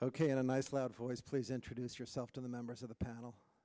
ok in a nice loud voice please introduce yourself to the members of the panel